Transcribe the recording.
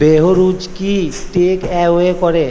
বেহরুজ কি takeaway করে